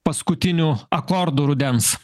paskutinių akordų rudens